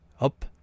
Up